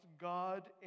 God